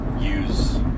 use